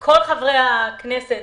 הכנסת,